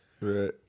Right